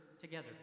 together